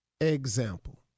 Example